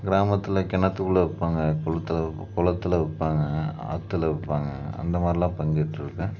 கிராமத்தில் கிணத்துக்குள்ள வைப்பாங்க குளத்துல கொ குளத்துல வைப்பாங்க ஆற்றில வைப்பாங்க அந்த மாதிரிலாம் பங்கேட்றுருக்கேன்